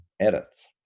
edits